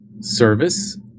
service